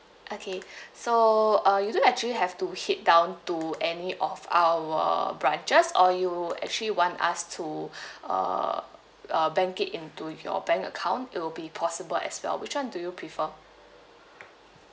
okay so uh you don't actually have to head down to any of our branches or you actually want us to uh uh bank it into your bank account it will be possible as well which [one] do you prefer